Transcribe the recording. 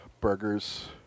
burgers